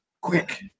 quick